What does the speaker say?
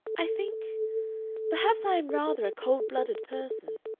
i think perhaps i am rather a cold-blooded person.